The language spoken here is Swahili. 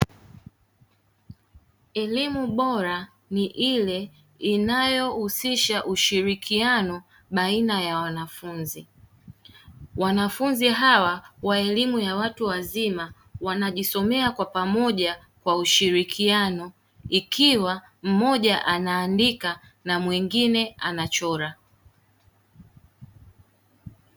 Elimu bora ni ile inayohusisha ushirikiano baina ya wanafunzi, wanafunzi hawa wa elimu ya watu wazima wanajisomea kwa pamoja kwa ushirikiano ikiwa mmoja anaandika na mwingine anachora.